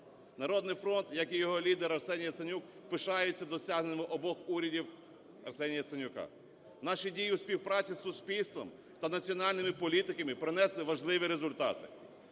"Народний фронт", як і його лідер Арсеній Яценюк, пишається досягненнями обох урядів Арсенія Яценюка. Наші дії у співпраці з суспільством та національними політиками принесли важливі результати.